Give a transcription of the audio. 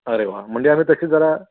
अरे वा म्हणजे आम्ही तशी जरा